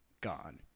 gone